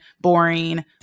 boring